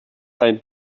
ein